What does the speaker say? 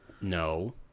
No